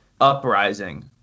Uprising